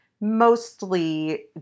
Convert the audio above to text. mostly